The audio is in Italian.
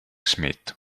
smith